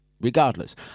Regardless